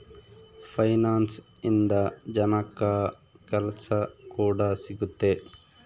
finance ಇಂದ ಜನಕ್ಕಾ ಕೆಲ್ಸ ಕೂಡ ಸಿಗುತ್ತೆ